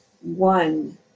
one